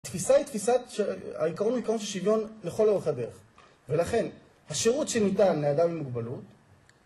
התפיסה היא תפיסת ש... העיקרון הוא עיקרון של שוויון לכל אורך הדרך ולכן השירות שניתן לאדם עם מוגבלות